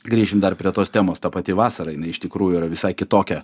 grįšim dar prie tos temos ta pati vasara jinai iš tikrųjų yra visai kitokia